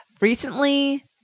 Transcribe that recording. recently